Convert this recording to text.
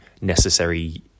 necessary